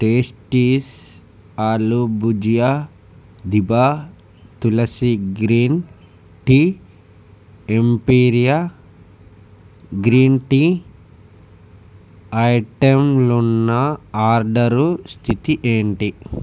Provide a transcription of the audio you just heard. tasties aloo bhujia దిభా Tulsi green tea ఎంపీరియా green tea ఐటెంలున్న ఆర్డరు స్థితి ఏంటి